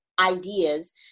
ideas